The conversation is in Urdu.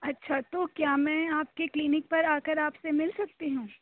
اچھا تو کیا میں آپ کے کلینک پر آ کر آپ سے مل سکتی ہوں